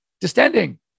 distending